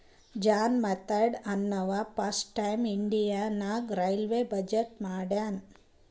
John Mathai ಅಂನವಾ first time India ನಾಗ್ railway budget ಮಾಡ್ಯಾನ್